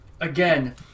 again